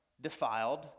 defiled